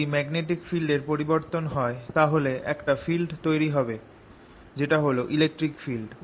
যদি magnetic field এর পরিবর্তন হয় তাহলে একটা ফিল্ড তৈরি হবে ইলেকট্রিক ফিল্ড